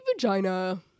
vagina